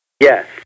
Yes